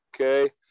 okay